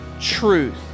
truth